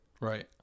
Right